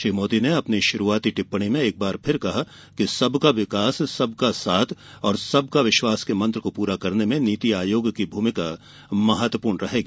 श्री मोदी ने अपनी शुरुआती टिप्पणी में एक बार फिर कहा कि सबका साथ सबका विकास और सबका विश्वास के मंत्र को पूरा करने में नीति आयोग की भूमिका महत्वपूर्ण रहेगी